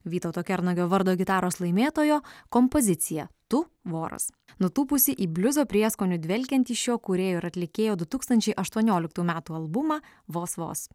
vytauto kernagio vardo gitaros laimėtojo kompozicija tu voras nutūpusi į bliuzo prieskonių dvelkiantį šio kūrėjo ir atlikėjo du tūkstančiai aštuonioliktų metų albumą vos vos